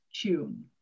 tune